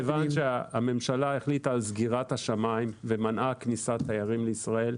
מכיוון שהממשלה החליטה על סגירת השמיים ומנעה כניסת תיירים לישראל,